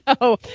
no